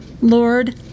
Lord